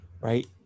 right